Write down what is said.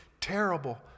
terrible